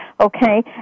Okay